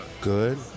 good